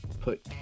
put